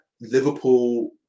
Liverpool